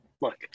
look